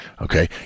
okay